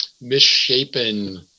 misshapen